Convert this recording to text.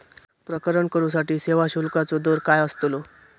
प्रकरण करूसाठी सेवा शुल्काचो दर काय अस्तलो?